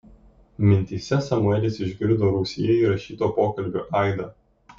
mintyse samuelis išgirdo rūsyje įrašyto pokalbio aidą